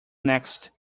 next